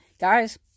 Guys